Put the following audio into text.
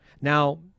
Now